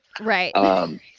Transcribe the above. Right